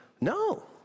No